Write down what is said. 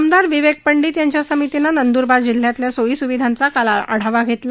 आमदार विवेक पंडीत यांच्या समितीनं नंदुरबार जिल्ह्यातल्या सोयी सुविधांचा काल आढावा घेतला